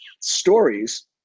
stories